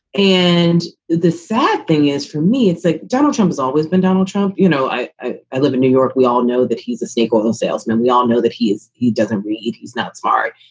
and the sad thing is for me, it's that like donald trump has always been donald trump. you know, i ah i live in new york. we all know that he's a snake oil salesman. we all know that he is. he doesn't read. he's not smart.